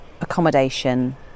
accommodation